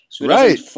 Right